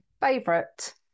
favorite